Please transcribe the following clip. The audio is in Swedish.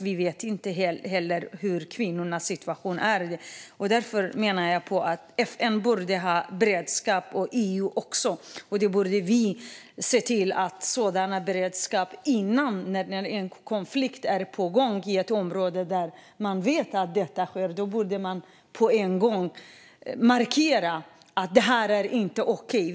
Vi vet inte heller alltid hur kvinnornas situation är. Därför menar jag att EU och FN borde ha beredskap. Vi borde se till att sådan beredskap finns innan. När en konflikt är på gång i ett område där man vet att detta sker borde man genast markera att det inte är okej.